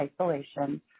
isolation